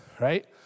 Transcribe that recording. right